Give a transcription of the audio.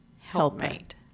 helpmate